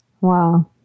Wow